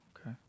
Okay